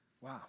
wow